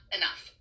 enough